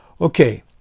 Okay